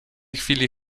chwili